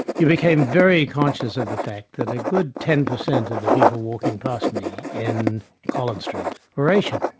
you became very conscious of the fact that a good ten per cent of the people walking past me in collins street were asian.